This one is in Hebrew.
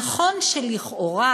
נכון שלכאורה